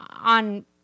on